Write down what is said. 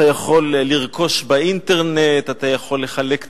אתה יכול לרכוש באינטרנט, אתה יכול לחלק תשלומים.